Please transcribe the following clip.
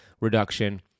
reduction